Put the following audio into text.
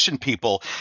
people